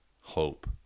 hope